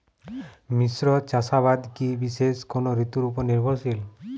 মিশ্র চাষাবাদ কি বিশেষ কোনো ঋতুর ওপর নির্ভরশীল?